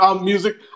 music